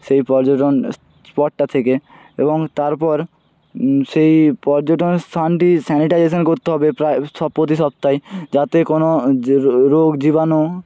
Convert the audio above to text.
সেই পর্যটন স্পটটা থেকে এবং তারপর সেই পর্যটন স্থানটি স্যানিটাইজেশান করতে হবে প্রায় স প্রতি সপ্তাহে যাতে কোনো রোগ জীবাণু